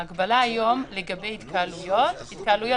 ההגבלה היום לגבי התקהלויות התקהלויות